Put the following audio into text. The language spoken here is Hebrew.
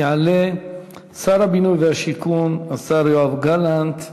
יעלה שר הבינוי והשיכון, השר יואב גלנט,